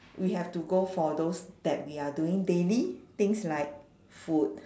we have to go for those that we are doing daily things like food